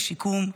לשיקום,